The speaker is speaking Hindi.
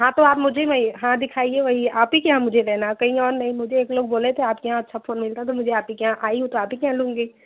हाँ तो आप मुझे वही हाँ दिखाइए वही आप ही के यहाँ मुझे लेना है कही और नहीं मुझे एक लोग बोले थे आपके यहाँ अच्छा फ़ोन मिलता है तो मुझे आप ही के यहाँ आई हूँ तो आप ही के यहाँ लूँगी